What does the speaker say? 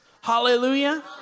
Hallelujah